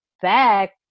back